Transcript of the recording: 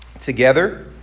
together